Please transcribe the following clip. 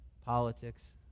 politics